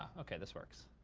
ok, this works.